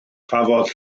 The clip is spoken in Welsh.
cafodd